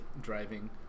driving